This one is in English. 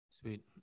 Sweet